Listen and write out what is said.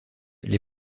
les